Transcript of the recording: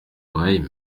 oreilles